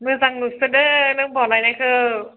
एह मोजां नुसोदों नों बानायनायखौ